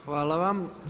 Hvala vam.